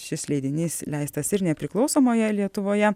šis leidinys leistas ir nepriklausomoje lietuvoje